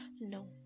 no